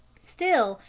still,